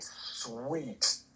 sweet